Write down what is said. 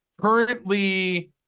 currently